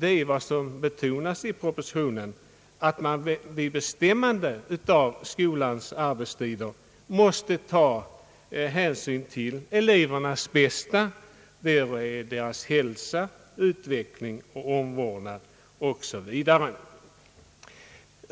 är vad som betonats i propositionen, nämligen att man vid bestämmande av skolans arbetstider måste ta hänsyn till elevernas bästa, deras hälsoutveckling, omvårdnad osv.